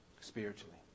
spiritually